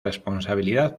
responsabilidad